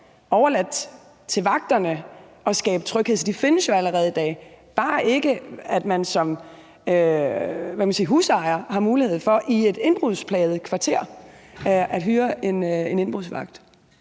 overladt til vagterne at skabe tryghed – så de findes jo allerede i dag. Man har bare ikke som – hvad kan man sige – husejer mulighed for i et indbrudsplaget kvarter at hyre en indbrudsvagt,